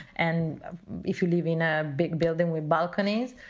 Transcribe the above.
and if you live in a big building with balconies,